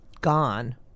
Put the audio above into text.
gone